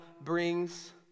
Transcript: brings